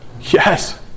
Yes